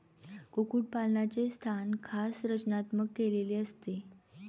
कुक्कुटपालनाचे स्थान खास रचनात्मक केलेले असते